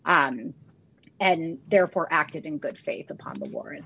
and therefore acted in good faith upon the warran